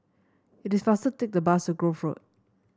it is faster to take the bus to Grove Road